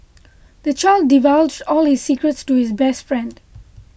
the child divulged all his secrets to his best friend